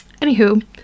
anywho